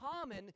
common